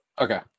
Okay